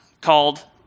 called